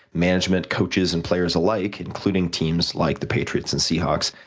management, coaches, and players alike, including teams like the patriots and seahawks,